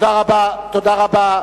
תודה רבה, תודה רבה.